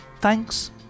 Thanks